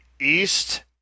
East